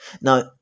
now